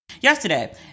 Yesterday